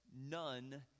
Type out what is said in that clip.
none